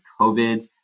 COVID